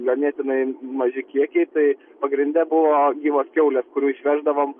ganėtinai maži kiekiai tai pagrinde buvo gyvos kiaulės kurių išveždavom